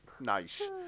Nice